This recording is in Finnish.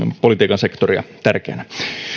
sektoria tärkeänä